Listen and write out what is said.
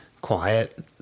quiet